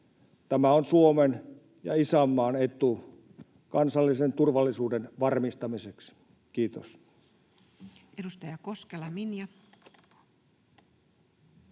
Tämä on Suomen ja isänmaan etu kansallisen turvallisuuden varmistamiseksi. — Kiitos.